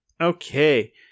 Okay